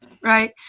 right